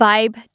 Vibe